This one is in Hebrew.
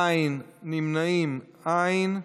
אין, נמנעים, אין.